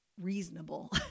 reasonable